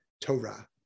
Torah